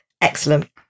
Excellent